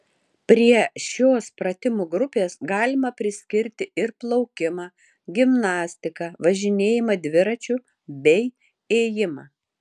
prie šios pratimų grupės galima priskirti ir plaukimą gimnastiką važinėjimą dviračiu bei ėjimą